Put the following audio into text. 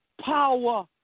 power